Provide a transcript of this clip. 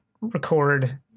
record